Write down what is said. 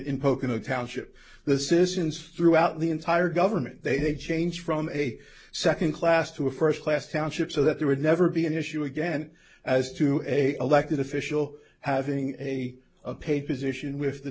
in pocono township the citizens throughout the entire government they changed from a second class to a first class township so that there would never be an issue again as to a elected official having any of papers issued with the